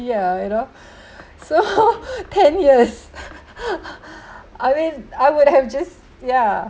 ya you know so ten years I mean I would have just ya